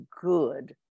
good